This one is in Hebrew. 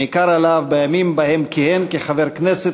שניכר עליו בימים שבהם כיהן כחבר כנסת